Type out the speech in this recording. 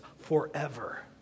forever